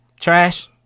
Trash